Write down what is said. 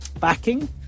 backing